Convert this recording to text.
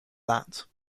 that